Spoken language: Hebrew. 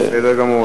בסדר גמור.